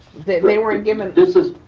they weren't given. this